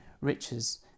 riches